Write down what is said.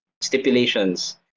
stipulations